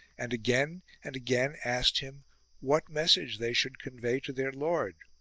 and again and again asked him what message they should convey to their lord.